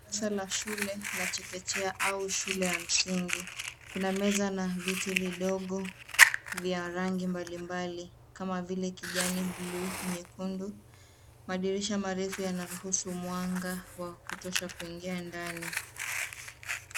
Darasa la shule la chekechea au shule ya msingi. Kuna meza na viti vidogo vya rangi mbalimbali kama vile kijani, bluu, nyekundu. Madirisha marefu yanaruhusu mwanga wa kutosha kuingia ndani.